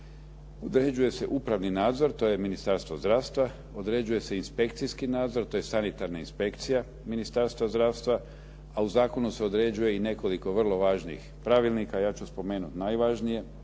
Određuje se upravni nadzor, to je Ministarstvo zdravstva, određuje se inspekcijski nadzor, to je sanitarna inspekcija Ministarstva zdravstva, a u zakonu se određuje i nekoliko vrlo važnih pravilnika, ja ću spomenuti najvažnije.